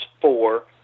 four